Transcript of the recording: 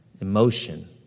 emotion